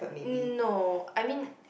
n~ no I mean